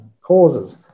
causes